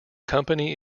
company